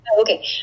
Okay